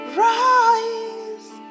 rise